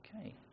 Okay